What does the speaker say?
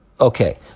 okay